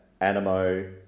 Animo